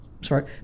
sorry